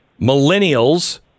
millennials